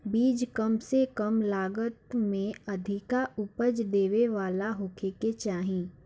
बीज कम से कम लागत में अधिका उपज देवे वाला होखे के चाही